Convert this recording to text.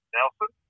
Nelson